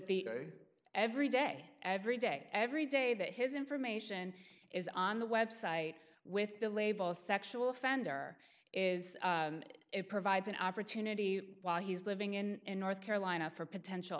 the every day every day every day that his information is on the website with the label sexual offender is it provides an opportunity while he's living in north carolina for potential